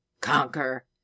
conquer